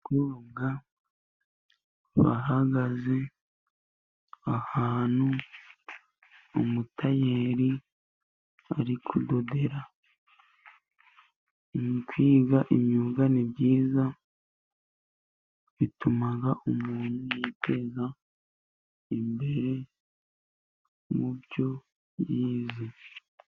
Abakobwa bahagaze ahantu umutayeri ari kudodera. Kwiga imyuga ni byiza, bitumaga umuntu yiteza imbere mu byo yize.